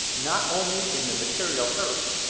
not only in the material earth,